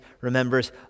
remembers